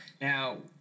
Now